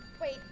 Wait